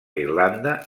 irlanda